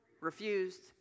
refused